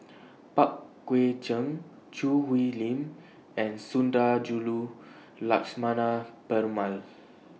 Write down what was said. Pang Guek Cheng Choo Hwee Lim and Sundarajulu Lakshmana Perumal